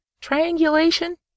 triangulation